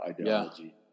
ideology